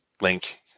link